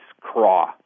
craw